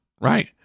right